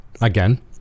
again